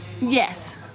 Yes